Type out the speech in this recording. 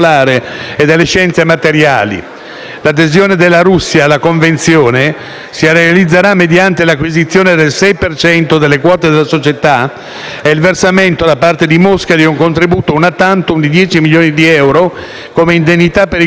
L'adesione della Russia alla Convenzione si realizzerà mediante l'acquisizione del sei per cento delle quote della società e il versamento da parte di Mosca di un contributo *una tantum* di 10 milioni di euro, come indennità per i costi di costruzione dell'infrastruttura.